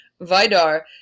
Vidar